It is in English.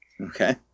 Okay